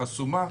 חסומה,